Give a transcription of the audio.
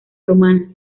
romana